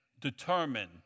determine